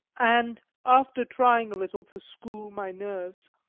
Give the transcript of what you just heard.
and after trying a little to school my nerves,